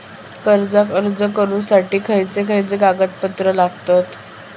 कर्जाक अर्ज करुच्यासाठी खयचे खयचे कागदपत्र लागतत